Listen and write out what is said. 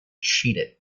cheated